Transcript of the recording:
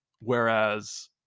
whereas